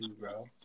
bro